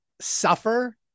suffer